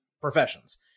professions